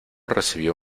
recibió